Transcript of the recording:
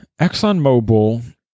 ExxonMobil